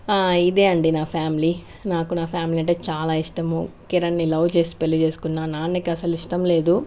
ఇదే అండి నా ఫ్యామిలీ నాకు నా ఫ్యామిలీ అంటే చాలా ఇష్టము కిరణ్న్ని లవ్ చేసి పెళ్ళి చేసుకున్న నాన్నకు అసలు ఇష్టం లేదు